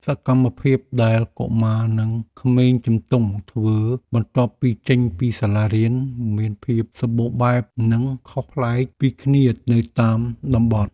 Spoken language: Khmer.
សកម្មភាពដែលកុមារនិងក្មេងជំទង់ធ្វើបន្ទាប់ពីចេញពីសាលារៀនមានភាពសម្បូរបែបនិងខុសប្លែកពីគ្នាទៅតាមតំបន់។